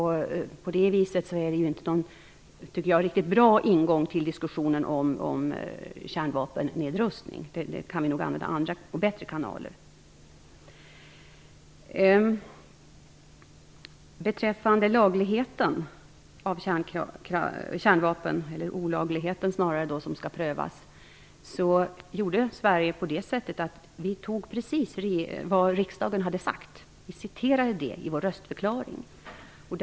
På det viset är den inte någon bra ingång till diskussionen om kärnvapennedrustning. Det får vi nog använda andra och bättre kanaler till. Beträffande lagligheten, snarare olagligheten, av kärnvapen gjorde Sverige så att vi i vår röstförklaring citerade precis det som riksdagen hade uttalat.